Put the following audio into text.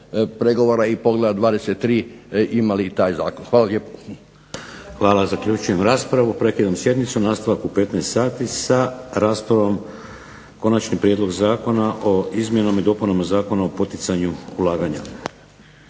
pregovora i poglavlja 23 imali taj zakon. Hvala lijepo. **Šeks, Vladimir (HDZ)** Hvala. Zaključujem raspravu. Prekidam sjednicu. Nastavak u 15 sati sa raspravom o Konačnom prijedlogu zakona o izmjenama i dopunama Zakona o poticanju ulaganja.